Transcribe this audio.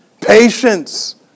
Patience